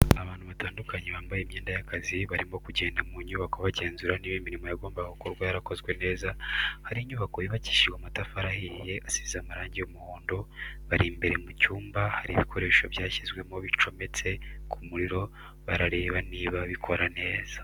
Abantu batandukanye bambaye imyenda y'akazi barimo kugenda mu nyubako bagenzura niba imirimo yagombaga gukorwa yarakozwe neza, hari inyubako yubakishije amatafari ahiye isize amarangi y'umuhondo, bari imbere mu cyumba ahari ibikoresho byashyizwemo bicometse ku muriro barareba niba bikora neza.